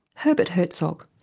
herbert herzog.